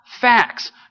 facts